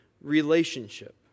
relationship